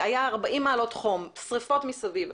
כשבחוץ שררו ארבעים מעלות ושריפות מסביב.